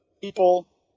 people